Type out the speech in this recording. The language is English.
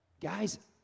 guys